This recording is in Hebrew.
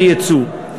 ליצוא.